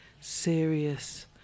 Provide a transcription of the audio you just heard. serious